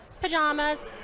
pajamas